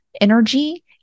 energy